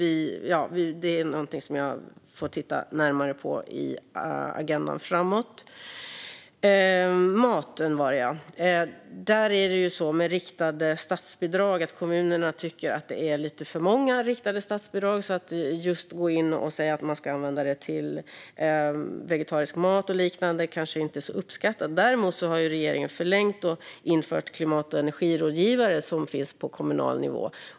Det är något som jag får titta närmare på framöver. När det gäller maten och riktade statsbidrag tycker kommunerna att det redan är lite för många riktade statsbidrag. Att gå in och säga att man ska använda det till just vegetarisk mat och liknande uppskattas kanske inte. Däremot har regeringen förlängt och infört klimat och energirådgivare på kommunal nivå.